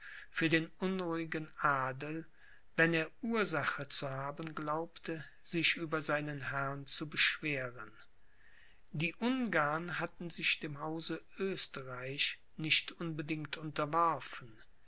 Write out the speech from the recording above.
für den unruhigen adel wenn er ursache zu haben glaubte sich über seinen herrn zu beschweren die ungarn hatten sich dem hause oesterreich nicht unbedingt unterworfen